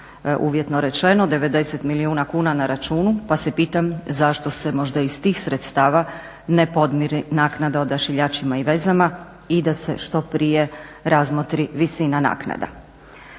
uvjetno rečeno, 90 milijuna kuna na računu pa se pitam zašto se možda iz tih sredstava ne podmiri naknada Odašiljačima i vezama i da se što prije razmotri visina naknada.